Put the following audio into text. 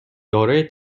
دارای